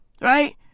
Right